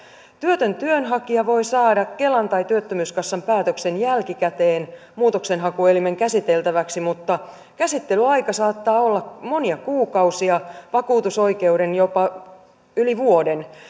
työtön työnhakija voi saada kelan tai työttömyyskassan päätöksen jälkikäteen muutoksenhakuelimen käsiteltäväksi mutta käsittelyaika saattaa olla monia kuukausia vakuutusoikeuden jopa yli vuoden